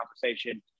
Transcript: conversation